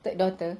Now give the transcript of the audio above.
third daughter